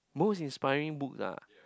most inspiring books ah